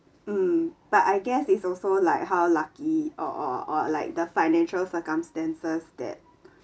mm but I guess is also like how lucky or or or like the financial circumstances that